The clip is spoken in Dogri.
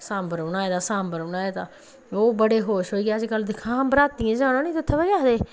सांबर बनाए दा सांबर बनाए दा लोग बड़े खुश होइयै अजकल बराती जाना ते उत्थै पता केह् आखदे